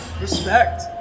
Respect